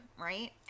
right